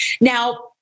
Now